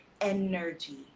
energy